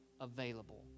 available